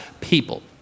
people